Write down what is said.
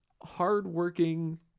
hardworking